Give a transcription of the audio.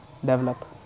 develop